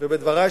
ובדברי,